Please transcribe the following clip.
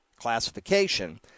classification